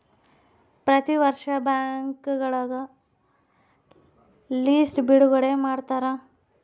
ಪ್ರತಿ ವರ್ಷ ಬ್ಯಾಂಕ್ಗಳ ಲಿಸ್ಟ್ ಬಿಡುಗಡೆ ಮಾಡ್ತಾರ